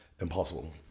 impossible